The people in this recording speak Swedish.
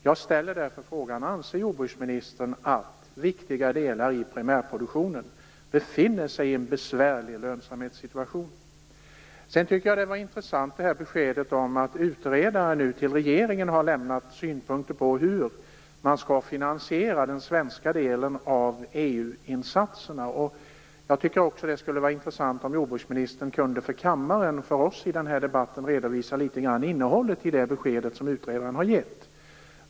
Jag undrar därför: Anser jordbruksministern att viktiga delar av primärproduktionen befinner sig i en besvärlig lönsamhetssituation? Jag tycker vidare att det var ett intressant besked att utredare nu till regeringen har lämnat synpunkter på hur man skall finansiera den svenska delen av EU insatserna. Jag tycker att det skulle vara intressant om jordbruksministern för oss i den här debatten litet grand kunde redovisa innehållet i det besked som utredaren har givit.